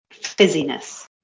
fizziness